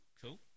Cool